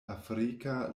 afrika